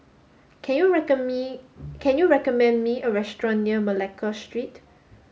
can you me can you recommend me a restaurant near Malacca Street